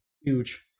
huge